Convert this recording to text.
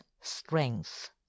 strength